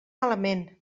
malament